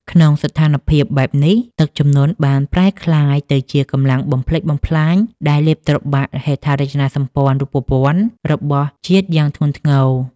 ក្នុងស្ថានភាពបែបនេះ ទឹកជំនន់បានប្រែក្លាយទៅជាកម្លាំងបំផ្លិចបំផ្លាញដែលលេបត្របាក់ហេដ្ឋារចនាសម្ព័ន្ធរូបវន្តរបស់ជាតិយ៉ាងធ្ងន់ធ្ងរ។